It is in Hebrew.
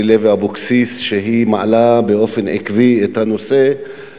לוי אבקסיס שמעלה את הנושא באופן עקבי כל שנה,